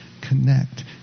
connect